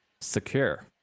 secure